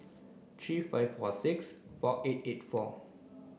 three five four six four eight eight four